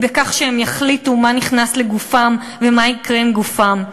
היא בכך שהם יחליטו מה נכנס לגופם ומה יקרה עם גופם.